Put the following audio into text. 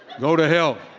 go to hell.